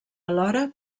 alhora